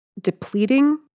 depleting